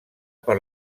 per